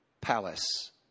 palace